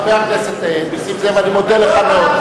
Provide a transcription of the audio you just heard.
חבר הכנסת נסים זאב, אני מודה לך מאוד.